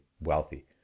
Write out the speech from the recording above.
wealthy